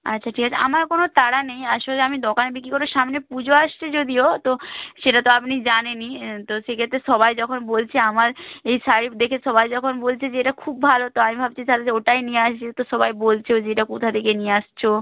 আচ্ছা ঠিক আছে আমার কোনো তাড়া নেই আসলে আমি দোকানে বিক্রি সামনে পুজো আসছে যদিও তো সেটা তো আপনি জানেনই তো সেক্ষেত্রে সবাই যখন বলছে আমার এই শাড়ি দেখে সবাই যখন বলছে যে এটা খুব ভালো তো আমি ভাবছি তাহলে ওটাই নিয়ে আসি তো সবাই বলছেও যে এটা কোথা থেকে নিয়ে আসছ